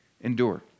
endure